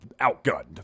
outgunned